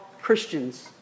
Christians